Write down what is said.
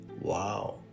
Wow